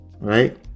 right